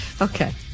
Okay